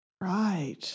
Right